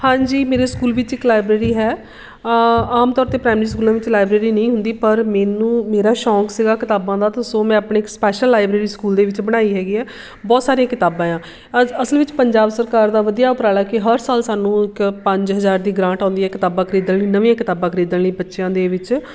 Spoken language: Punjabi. ਹਾਂਜੀ ਮੇਰੇ ਸਕੂਲ ਵਿੱਚ ਇੱਕ ਲਾਈਬ੍ਰੇਰੀ ਹੈ ਆਮ ਤੌਰ 'ਤੇ ਪ੍ਰਾਈਮਰੀ ਸਕੂਲਾਂ ਵਿੱਚ ਲਾਈਬ੍ਰੇਰੀ ਨਹੀਂ ਹੁੰਦੀ ਪਰ ਮੈਨੂੰ ਮੇਰਾ ਸ਼ੌਕ ਸੀਗਾ ਕਿਤਾਬਾਂ ਦਾ ਤਾਂ ਸੋ ਮੈਂ ਆਪਣੀ ਇੱਕ ਸਪੈਸ਼ਲ ਲਾਇਬ੍ਰੇਰੀ ਸਕੂਲ ਦੇ ਵਿੱਚ ਬਣਾਈ ਹੈਗੀ ਹੈ ਬਹੁਤ ਸਾਰੀਆਂ ਕਿਤਾਬਾਂ ਆ ਅਸ ਅਸਲ ਵਿੱਚ ਪੰਜਾਬ ਸਰਕਾਰ ਦਾ ਵਧੀਆ ਉਪਰਾਲਾ ਕਿ ਹਰ ਸਾਲ ਸਾਨੂੰ ਇੱਕ ਪੰਜ ਹਜ਼ਾਰ ਦੀ ਗ੍ਰਾਂਟ ਆਉਂਦੀ ਹੈ ਕਿਤਾਬਾਂ ਖਰੀਦਣ ਲਈ ਨਵੀਆਂ ਕਿਤਾਬਾਂ ਖਰੀਦਣ ਲਈ ਬੱਚਿਆਂ ਦੇ ਵਿੱਚ